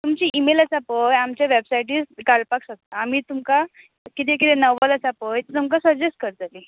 तुमची इमेल आसा पळय आमच्या वॅबसायटीर घालपाक शकता आमी तुमका कितें कितें नवल आसा पळय तुमका सजेस्ट करतली